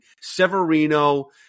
Severino